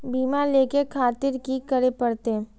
बीमा लेके खातिर की करें परतें?